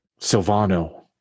Silvano